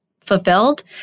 fulfilled